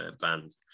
band